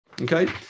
Okay